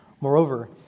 Moreover